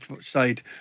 side